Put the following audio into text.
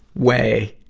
way,